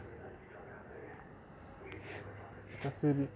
ते फिर